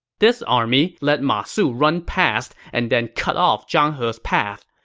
this army let ma su run past and then cut off zhang he's path.